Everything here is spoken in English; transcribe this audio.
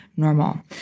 normal